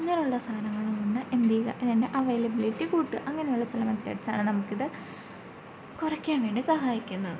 അങ്ങനെയുള്ള സാധനങ്ങൾ കൊണ്ട് എന്തു ചെയ്യുക അതിൻ്റെ അവൈലബിലിറ്റി കൂട്ടാൻ അങ്ങനെയുള്ള ചില മെത്തേഡ്സാണ് നമുക്കിത് കുറക്കാൻവേണ്ടി സഹായിക്കുന്നത്